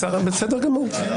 בסדר גמור.